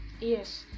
yes